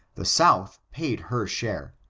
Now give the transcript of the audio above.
the south paid her share,